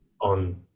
on